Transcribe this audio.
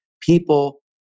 people